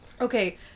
Okay